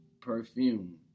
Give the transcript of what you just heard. perfume